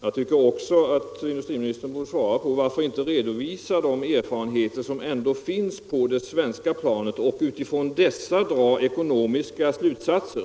Jag tycker också att industriministern borde svara på varför man inte vill redovisa de erfarenheter som ändå finns på det svenska planet och utifrån dessa dra ekonomiska slutsatser.